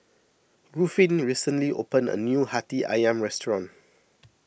Ruffin recently opened a new Hati Ayam restaurant